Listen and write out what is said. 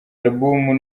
album